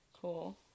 cool